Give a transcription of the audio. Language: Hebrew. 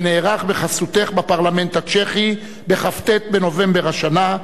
שנערך בחסותך בפרלמנט הצ'כי בכ"ט בנובמבר השנה,